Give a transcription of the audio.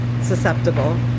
susceptible